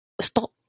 stop